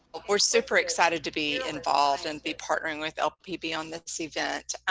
are super excited to be involved and be partnering with lpb on this event.